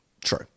True